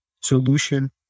Solution